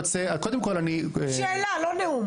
קודם כל אני רוצה --- שאלה, לא נאום.